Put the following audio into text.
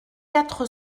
quatre